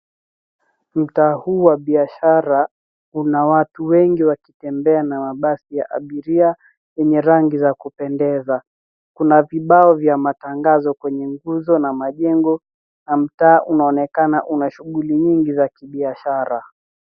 Mtaa huu wa biashara una watu wengi wakitembea na mabasi mengi ya abiria yenye rangi za kupendeza kuna vibao vya matangazo kwenye nguzo na majengo na mtaa unaonekana unashughuli nyingi za kibiashara.